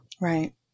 Right